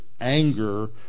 anger